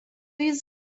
jis